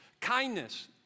kindness